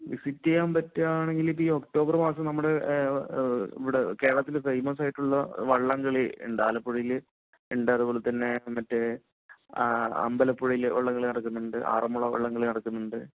visit ചെയ്യാൻ പറ്റുകയാണെങ്കിൽ ഇപ്പോൾ ഈ ഒക്ടോബർ മാസം നമ്മുടെ ഇവിടെ കേരളത്തിൽ ഫേമസായിട്ടുള്ള വള്ളംകളി ഉണ്ട് ആലപ്പുഴയിൽ ഉണ്ട് അതുപോലെതന്നെ മറ്റേ അമ്പലപ്പുഴയിൽ വള്ളംകളി നടക്കുന്നുണ്ട് ആറന്മുള വള്ളംകളി നടക്കുന്നുണ്ട്